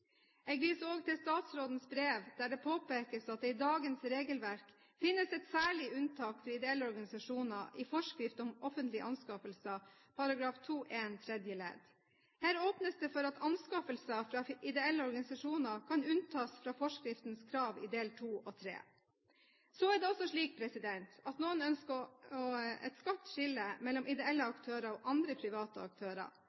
Jeg viser også til statsrådens brev, der det påpekes at det i dagens regelverk finnes et særlig unntak for ideelle organisasjoner i forskrift om offentlige anskaffelser § 2-1 tredje ledd. Her åpnes det for at anskaffelser fra ideelle organisasjoner kan unntas fra forskriftens krav i del II og III. Så er det også slik at noen ønsker et skarpt skille mellom ideelle